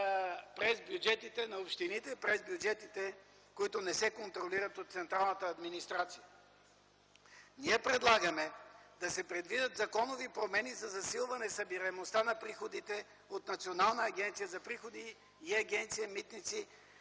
през бюджетите на общините, през бюджетите, които не се контролират от централната администрация. Ние предлагаме да се предвидят законови промени за засилване събираемостта на приходите от Национална агенция за приходи и агенция „Митници”